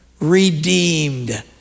Redeemed